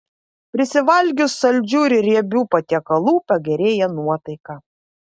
prisivalgius saldžių ir riebių patiekalų pagerėja nuotaika